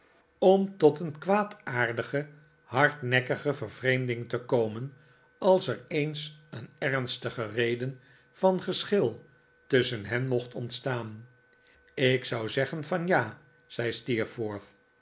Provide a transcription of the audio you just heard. om tot een kwaadaardige hardnekkige vervreemding te komen als er eens een ernstige reden van geschil tusschen hen mocht ontstaan ik zou zeggen van ja zei